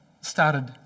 started